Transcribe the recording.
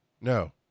no